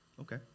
Okay